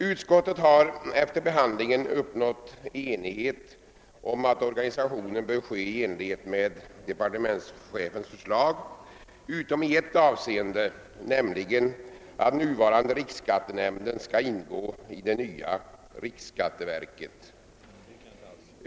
Utskottet har efter behandlingen av ärendet uppnått enighet om att en omorganisation bör ske i enlighet med departementschefens förslag — utom i ett avseende, nämligen att den nuvarande riksskattenämnden skall ingå i det nya riksskatteverket.